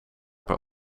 per